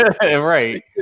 right